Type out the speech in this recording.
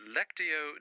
Lectio